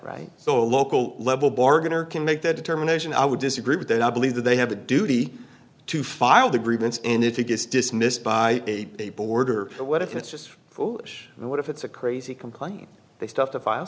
right so a local level bargain or can make that determination i would disagree with that i believe that they have a duty to file the grievance and if it gets dismissed by a border what if it's just foolish and what if it's a crazy complaint they stuff the fi